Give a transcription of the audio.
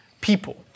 people